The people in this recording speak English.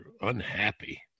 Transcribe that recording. Unhappy